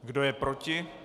Kdo je proti?